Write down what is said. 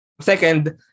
second